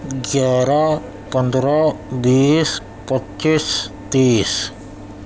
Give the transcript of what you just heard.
گیارہ پندرہ بیس پچیس تیس